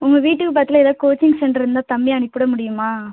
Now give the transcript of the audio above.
உங்கள் வீட்டுக்கு பக்கத்துல ஏதா கோச்சிங் சென்ட்ரு இருந்தால் தம்பியை அனுப்பிட முடியுமா